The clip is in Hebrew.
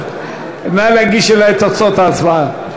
נא להגיש לי את תוצאות ההצבעה.